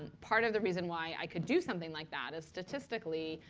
and part of the reason why i could do something like that is statistically,